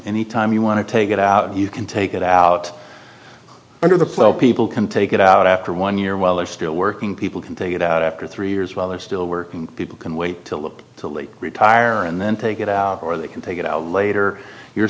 any time you want to take it out you can take it out under the flow people can take it out after one year while they're still working people can take it out after three years while they're still working people can wait to look to late retire and then take it out or they can take it out later you're